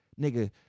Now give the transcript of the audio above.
nigga